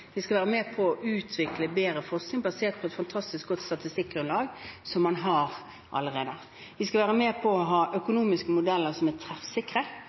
skal være med på å utvikle bedre forskning basert på et fantastisk godt statistikkgrunnlag, som man har allerede. De skal være med på å ha økonomiske modeller som er treffsikre,